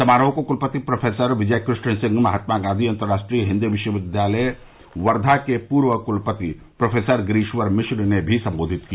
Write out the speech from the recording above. समारोह को कुलपति प्रोफेसर विजय कृष्ण सिंह महात्मा गांधी अंतरराष्ट्रीय हिंदी विश्वविद्यालय वर्धा के पूर्व कुलपति प्रोफेसर गिरीश्वर मिश्र ने भी सम्बोधित किया